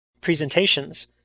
presentations